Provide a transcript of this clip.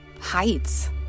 heights